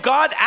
God